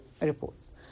Reports